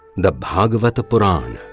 the bhagavata purana.